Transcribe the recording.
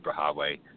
Superhighway